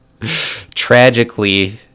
Tragically